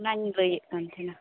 ᱚᱱᱟᱧ ᱞᱟᱹᱭᱮᱫ ᱠᱟᱱ ᱛᱟᱦᱮᱸᱠᱟᱱᱟ